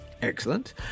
Excellent